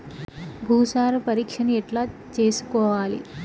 భూసార పరీక్షను ఎట్లా చేసుకోవాలి?